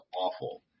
awful